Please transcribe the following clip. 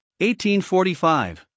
1845